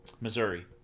Missouri